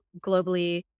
globally